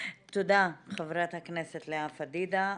תודה חברת הכנסת לאה פדידה.